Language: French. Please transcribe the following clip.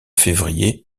février